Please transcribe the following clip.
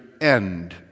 end